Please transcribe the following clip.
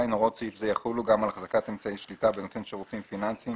הוראות סעיף זה יחולו גם על החזקת אמצעי שליטה בנותן שירותים פיננסיים